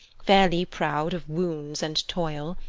fairly proud of wounds and toil,